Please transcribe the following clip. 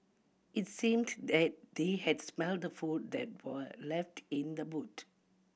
it seemed that they had smelt the food that were left in the boot